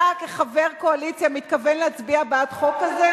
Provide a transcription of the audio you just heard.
אתה כחבר קואליציה מתכוון להצביע בעד חוק כזה?